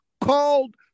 called